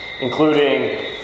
including